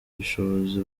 ubushobozi